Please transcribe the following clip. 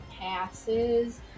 passes